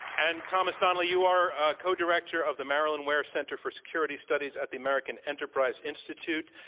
and, thomas donnelly, you are a co-director of the marilyn ware center for security studies at the american enterprise institute.